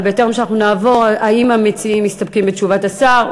אבל בטרם נעבור, האם המצביעים מסתפקים בתשובת השר?